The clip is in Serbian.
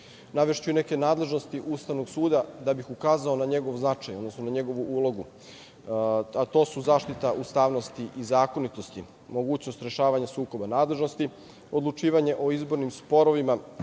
suda. Navešću i neke nadležnosti Ustavnog suda, da bih ukazao na njegov značaj, odnosno na njegovu ulogu, a to su zaštita ustavnosti i zakonitosti, mogućnost rešavanja sukoba nadležnosti, odlučivanje o izbornim sporovima